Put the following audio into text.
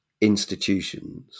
institutions